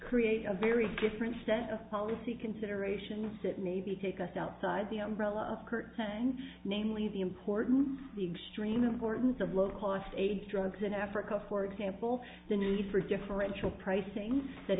create a very different set of policy considerations that maybe take us outside the umbrella of kurt namely the importance the extreme importance of low cost aids drugs in africa for example the need for differential pricing